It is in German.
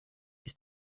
ist